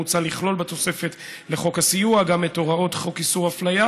מוצע לכלול בתוספת לחוק הסיוע גם את הוראות חוק איסור אפליה,